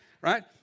right